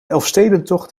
elfstedentocht